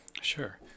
Sure